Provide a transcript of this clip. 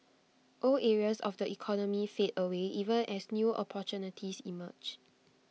old areas of the economy fade away even as new opportunities emerge